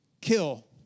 kill